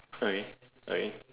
sorry sorry